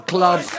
Club